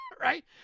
Right